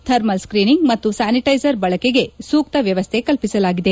thermal screening ಮತ್ತು sanitiser ಬಳಕೆಗೆ ಸೂಕ್ತ ವ್ಕವಸ್ಥೆ ಕಲ್ಪಿಸಲಾಗಿದೆ